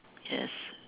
yes